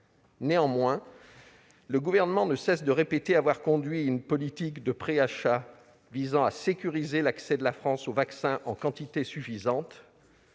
Néanmoins, le Gouvernement ne cesse de répéter qu'il a conduit une politique de préachat visant à sécuriser l'accès de la France aux vaccins en quantité suffisante.